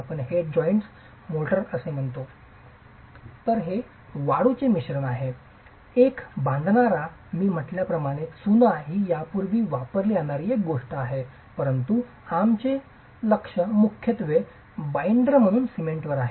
तर येथे हे वाळूचे मिश्रण आहे एक बांधणारा मी म्हटल्याप्रमाणे चुना ही यापूर्वी वापरली जाणारी एक गोष्ट आहे परंतु आमचे लक्ष मुख्यत्वे बाईंडर म्हणून सिमेंटवर आहे